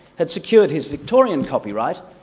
had secured his victorian copyright,